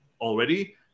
already